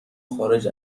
خارج